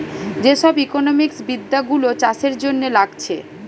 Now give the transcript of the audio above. যে সব ইকোনোমিক্স বিদ্যা গুলো চাষের জন্যে লাগছে